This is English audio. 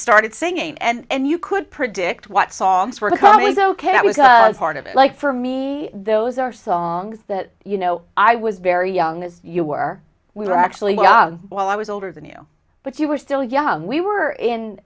started singing and you could predict what songs were coming is ok that was part of it like for me those are songs that you know i was very young as you were we were actually young well i was older than you but you were still young we were in